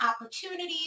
opportunities